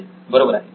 नितीन बरोबर आहे